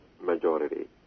majority